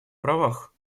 правах